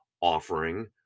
offering